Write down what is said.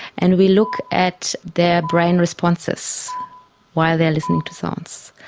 and we look at their brain responses while they are listening to sounds.